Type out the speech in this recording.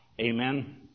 Amen